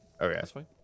okay